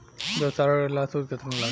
व्यवसाय ऋण ला सूद केतना लागी?